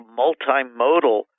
multimodal